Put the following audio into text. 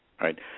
Right